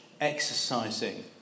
exercising